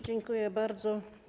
Dziękuję bardzo.